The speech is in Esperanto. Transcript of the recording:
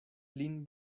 lin